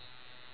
ya